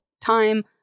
time